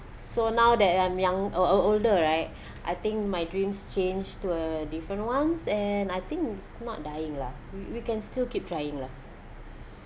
so now that I'm young uh o~ older right I think my dreams changed to a different ones and I think it's not dying lah we we can still keep trying lah